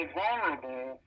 vulnerable